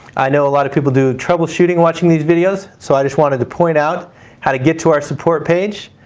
i know a lot of people do troubleshooting watching these videos. so i just wanted to point out how to get to our support page.